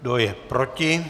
Kdo je proti?